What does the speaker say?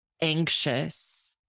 anxious